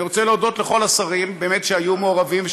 אני רוצה להודות לכל השרים שבאמת היו מעורבים,